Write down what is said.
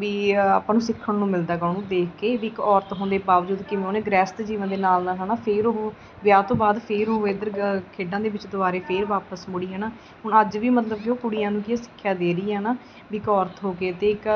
ਵੀ ਆਪਾਂ ਨੂੰ ਸਿੱਖਣ ਨੂੰ ਮਿਲਦਾ ਹੈਗਾ ਉਹਨੂੰ ਦੇਖ ਕੇ ਵੀ ਇੱਕ ਔਰਤ ਹੋਣ ਦੇ ਬਾਵਜੂਦ ਕਿਵੇਂ ਉਹਨੇ ਗ੍ਰਹਿਸਥ ਜੀਵਨ ਦੇ ਨਾਲ ਨਾਲ ਹੈ ਨਾ ਫਿਰ ਉਹ ਵਿਆਹ ਤੋਂ ਬਾਅਦ ਫਿਰ ਉਹ ਇੱਧਰ ਖੇਡਾਂ ਦੇ ਵਿੱਚ ਦੁਬਾਰਾ ਫਿਰ ਵਾਪਸ ਮੁੜੀ ਹੈ ਨਾ ਹੁਣ ਅੱਜ ਵੀ ਮਤਲਬ ਕਿ ਉਹ ਕੁੜੀਆਂ ਨੂੰ ਕੀ ਹੈ ਸਿੱਖਿਆ ਦੇ ਰਹੀ ਹੈ ਨਾ ਵੀ ਇੱਕ ਔਰਤ ਹੋ ਕੇ ਅਤੇ ਇੱਕ